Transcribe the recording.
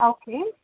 okay